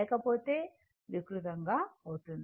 లేకపోతే వికృతంగా అవుతుంది